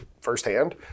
firsthand